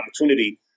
opportunity